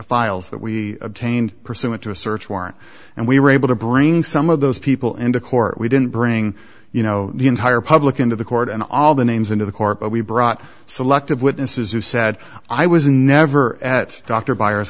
files that we obtained pursuant to a search warrant and we were able to bring some of those people into court we didn't bring you know the entire public into the court and all the names into the court but we brought selective witnesses who said i was never at dr byers